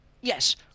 yes